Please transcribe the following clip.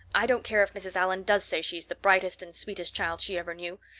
i don't care if mrs. allan does say she's the brightest and sweetest child she ever knew.